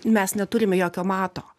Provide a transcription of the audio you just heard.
mes neturime jokio mato